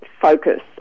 focus